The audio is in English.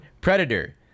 Predator